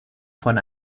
von